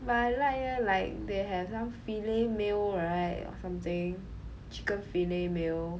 but I like eh like they have some fillet meal right or something chicken fillet meal